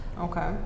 Okay